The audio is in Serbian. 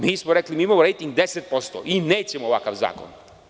Mi smo rekli – mi imamo rejting 10% i nećemo ovakav zakon.